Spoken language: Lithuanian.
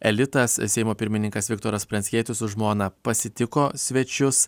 elitas seimo pirmininkas viktoras pranckietis su žmona pasitiko svečius